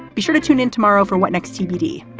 be sure to tune in tomorrow for what next tbd.